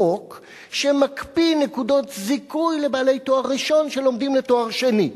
חוק שמקפיא נקודות זיכוי לבעלי תואר ראשון שלומדים לתואר שני.